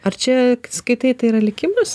ar čia skaitai tai yra likimas